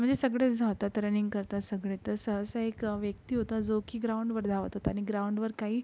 मजे सगळेच धावतात रनिंग करतात सगळे तर सहसा एक व्यक्ती होता जो की ग्राउंडवर धावत होता आणि ग्राउंडवर काही